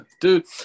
dude